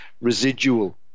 residual